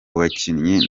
bakinnyi